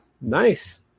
Nice